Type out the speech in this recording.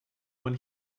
when